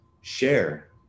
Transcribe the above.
share